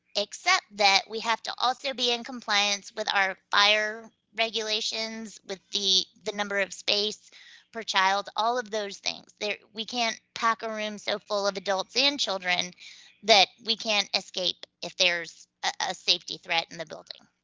except that we have to also be in compliance with our fire regulations, with the the number of space per child, all of those things. we can't pack a room so full of adults and children that we can't escape if there's a safety threat in the building.